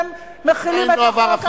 הוא עדיין לא עבר אפילו,